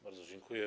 Bardzo dziękuję.